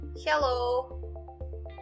Hello